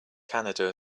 canada